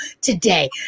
today